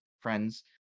friends